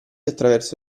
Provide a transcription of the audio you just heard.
attraverso